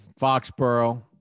Foxborough